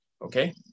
Okay